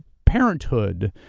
parenthood,